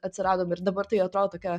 atsiradom ir dabar tai atrodo tokia